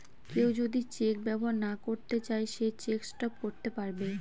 কেউ যদি চেক ব্যবহার না করতে চাই সে চেক স্টপ করতে পারবে